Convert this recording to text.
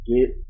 get